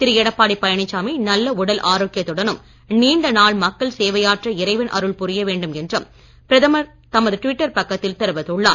திரு எடப்பாடி பழனிச்சாமி நல்ல உடல் ஆரோக்கியத்துடனும் நீண்ட நாள் மக்கள் சேயாற்ற இறைவன் அருள் புரிய வேண்டும் என்றும் பிரதமர் தமது டுவிட்டர் பக்கத்தில் தெரிவித்துள்ளார்